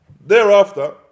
Thereafter